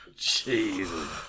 Jesus